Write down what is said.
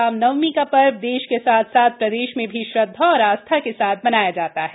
रामनवमीं का श र्व देश के साथ साथ प्रदेश में भी श्रद्धा और आस्था के साथ मनाया जाता है